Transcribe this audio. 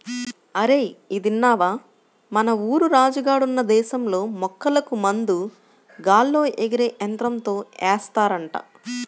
అరేయ్ ఇదిన్నవా, మన ఊరు రాజు గాడున్న దేశంలో మొక్కలకు మందు గాల్లో ఎగిరే యంత్రంతో ఏస్తారంట